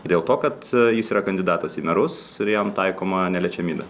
dėl to kad jis yra kandidatas į merus ir jam taikoma neliečiamybė